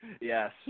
Yes